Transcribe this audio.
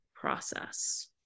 process